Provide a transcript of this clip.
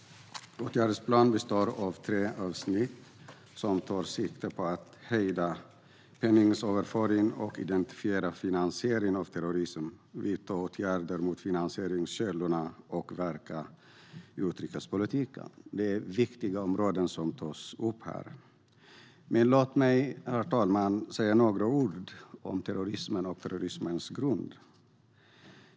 Åtgärdsplanen består av tre avsnitt som tar sikte på att hejda penningöverföringar och att identifiera finansiering av terrorism, vidta åtgärder mot finansieringskällorna och verka utrikespolitiskt. Det är viktiga områden som tas upp. Låt mig, herr talman, säga några ord om terrorismen och terrorismens grund.